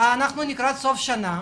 אנחנו לקראת סוף שנה,